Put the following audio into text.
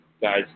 guys